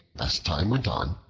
as time went on,